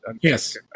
Yes